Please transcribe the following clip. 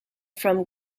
from